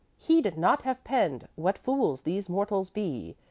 he'd not have penned, what fools these mortals be!